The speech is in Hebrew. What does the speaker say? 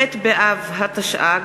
ח' באב התשע"ג,